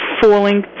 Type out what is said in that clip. falling